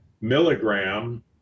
milligram